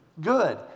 good